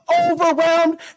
overwhelmed